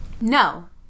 No